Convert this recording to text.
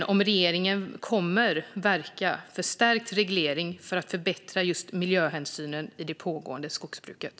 Kommer regeringen att verka för stärkt reglering för att förbättra miljöhänsynen i det pågående skogsbruket?